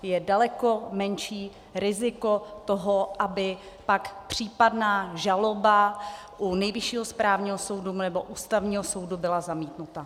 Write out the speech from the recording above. Je daleko menší riziko toho, aby pak případná žaloba u Nejvyššího správního soudu nebo Ústavního soudu byla zamítnuta.